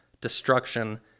destruction